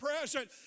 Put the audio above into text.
present